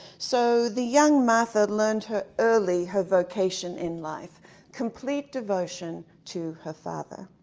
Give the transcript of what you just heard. so the young martha learned her early her vocation in life complete devotion to her father.